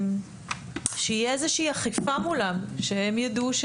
שתהיה איזושהי אכיפה מולם שהם ידעו,